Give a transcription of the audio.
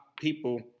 people